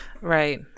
Right